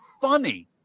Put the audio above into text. funny